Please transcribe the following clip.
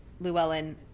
Llewellyn